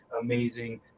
amazing